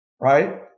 right